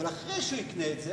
אבל אחרי שהוא יקנה את זה,